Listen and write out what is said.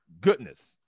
goodness